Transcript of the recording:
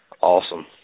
Awesome